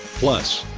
plus.